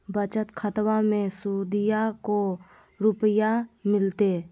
बचत खाताबा मे सुदीया को रूपया मिलते?